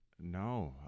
No